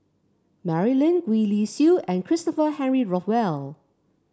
Mary Lim Gwee Li Sui and Christopher Henry Rothwell